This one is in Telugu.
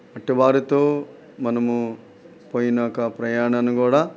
అలాంటివారితో మనము పోయాక ప్రయాణాన్ని కూడా